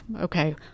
okay